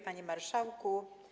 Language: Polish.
Panie Marszałku!